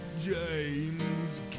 James